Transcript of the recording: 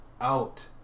out